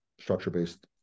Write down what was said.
structure-based